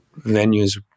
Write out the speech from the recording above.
venues